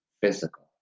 physical